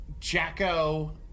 Jacko